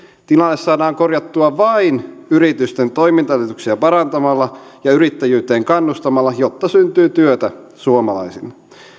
tilanne saadaan korjattua vain yritysten toimintaedellytyksiä parantamalla ja yrittäjyyteen kannustamalla jotta syntyy työtä suomalaisille